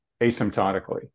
asymptotically